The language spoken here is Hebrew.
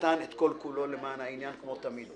שנתן את כל כולו למען העניין, כמו תמיד.